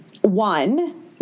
One